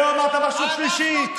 היום אמרת משהו שלישי.